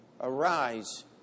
arise